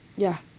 ya